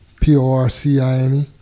P-O-R-C-I-N-E